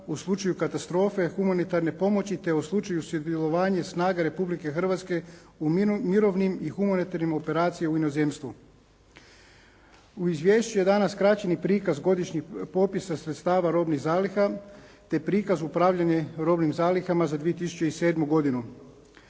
u slučaju katastrofe humanitarne pomoći te u slučaju sudjelovanja snaga Republike Hrvatske u mirovnim i humanitarnim operacijama u inozemstvu. U izvješću je danas skraćeni prikaz godišnjih popisa sredstava robnih zaliha, te prikaz upravljanje robnim zalihama za 2007. godinu.